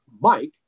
Mike